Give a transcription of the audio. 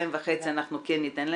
אבל שעתיים וחצי אנחנו כן ניתן להם.